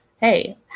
Hey